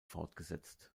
fortgesetzt